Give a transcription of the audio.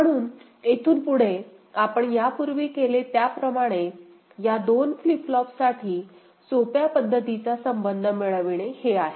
म्हणून येथून पुढे आपण यापूर्वी केले त्याप्रमाणे या दोन फ्लिप फ्लॉपसाठी सोप्या पद्धतीचा संबंध मिळविणे हे आहे